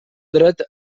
dret